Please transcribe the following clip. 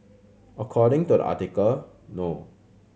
according to the article no